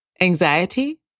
anxiety